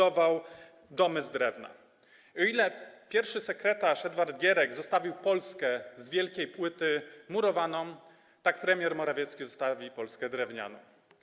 O ile pierwszy sekretarz Edward Gierek zostawił Polskę z wielkiej płyty murowaną, tak premier Morawiecki zostawi Polskę drewnianą.